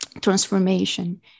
transformation